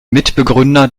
mitbegründer